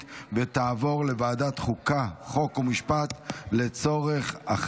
לוועדת החוקה, חוק ומשפט נתקבלה.